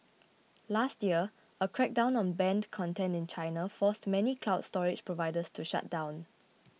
last year a crackdown on banned content in China forced many cloud storage providers to shut down